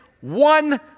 one